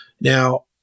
Now